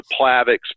Plavix